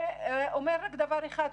זה אומר רק דבר אחד,